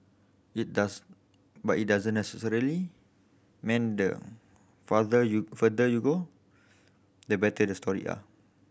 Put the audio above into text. it does but it doesn't necessarily mean the farther you further you go the better your story are